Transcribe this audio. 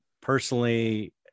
personally